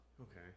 okay